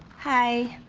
hi,